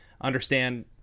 understand